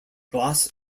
glass